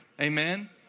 Amen